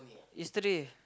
yesterday